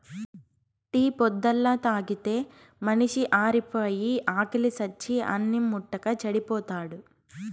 tea పొద్దల్లా తాగితే మనిషి ఆరిపాయి, ఆకిలి సచ్చి అన్నిం ముట్టక చెడిపోతాడు